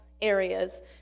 areas